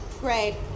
Great